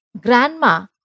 Grandma